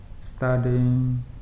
studying